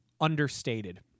understated